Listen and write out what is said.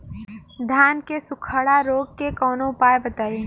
धान के सुखड़ा रोग के कौनोउपाय बताई?